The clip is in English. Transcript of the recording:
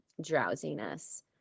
drowsiness